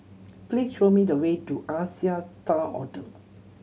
please show me the way to Asia Star Hotel